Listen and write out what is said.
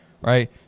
Right